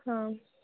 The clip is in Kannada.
ಹಾಂ